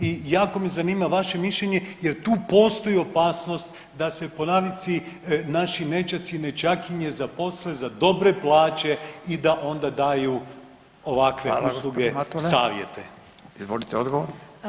I jako me zanima vaše mišljenje jer tu postoji opasnost da se po navici naši nećaci i nećakinje zaposle za dobre plaće i da onda daju ovakve usluge [[Upadica: Hvala gospodine Matula.]] savjete.